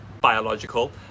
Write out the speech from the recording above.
biological